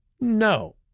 No